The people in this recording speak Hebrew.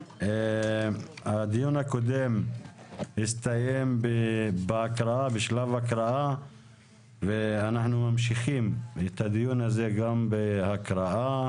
הדיון הקודם הסתיים בשלב הקראה ואנחנו ממשיכים את הדיון הזה גם בהקראה.